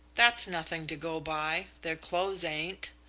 that's nothing to go by, their clothes ain't,